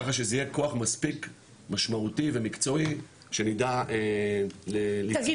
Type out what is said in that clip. ככה שזה יהיה כוח מספיק משמעותי ומקצועי שנדע ל --- תגיד,